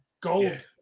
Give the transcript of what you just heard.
gold